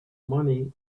money